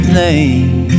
name